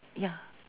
ya